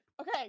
Okay